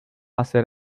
hacer